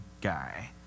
guy